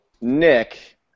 Nick